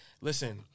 listen